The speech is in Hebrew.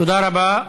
תודה רבה.